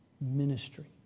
ministry